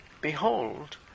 behold